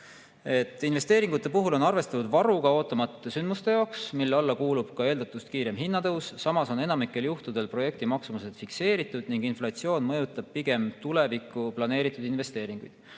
Investeeringute puhul on arvestatud varuga ootamatute sündmuste jaoks, mille alla kuulub ka eeldatust kiirem hinnatõus. Samas on enamikul juhtudel projekti maksumused fikseeritud ning inflatsioon mõjutab pigem tulevikku planeeritud investeeringuid.